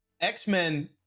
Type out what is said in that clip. X-Men